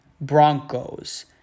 Broncos